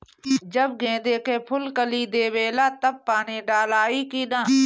जब गेंदे के फुल कली देवेला तब पानी डालाई कि न?